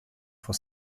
for